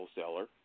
wholesaler